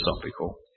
philosophical